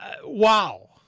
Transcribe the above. Wow